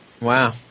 Wow